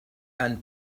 and